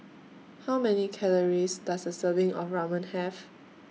How Many Calories Does A Serving of Ramen Have